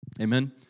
Amen